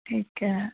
ਠੀਕ ਹੈ